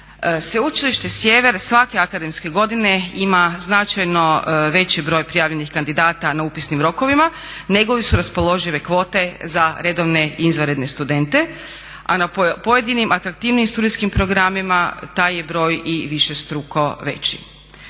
Sveučilište Sjever svake akademske godine ima značajno veći broj prijavljenih kandidata na upisnim rokovima negoli su raspoložive kvote za redovne i izvanredne studente, a na pojedinim atraktivnijim studijskim programima, taj je broj i višestruko veći.